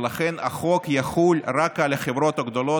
ולכן החוק יחול רק על החברות הגדולות,